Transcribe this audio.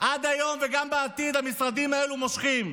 עד היום וגם בעתיד המשרדים האלו מושכים.